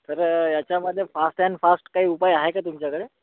तर याच्यामध्ये fast and fast काही उपाय आहे का तुमच्याकडे